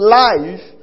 life